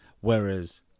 whereas